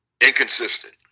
Inconsistent